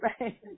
right